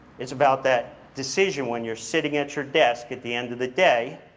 it's about that decision when you're sitting at your desk at the end of the day,